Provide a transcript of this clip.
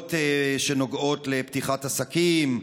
הגבלות שנוגעות לפתיחת עסקים,